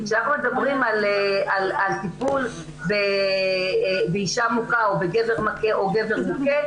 כשאנחנו מדברים על טיפול באישה מוכה או בגבר מכה או גבר מוכה,